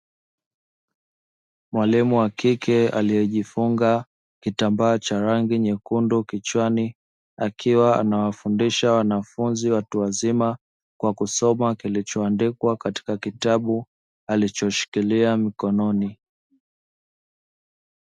Mwalimu wa kike aliyejifunga kitambaa cha rangi nyekundu kichwani, akiwa anafundisha wanafunzi watu wazima kwa kusoma kilichoandikwa katika kitabu alichoshikilia mkononi.